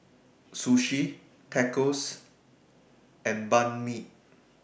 Sushi Tacos and Banh MI